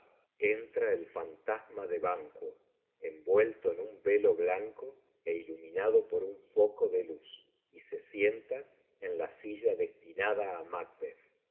ei fantasma de banquo envuelto en un velo blanco é iluminado por un fóco de luz y se sienta en la silla destinada á